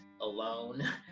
alone